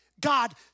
God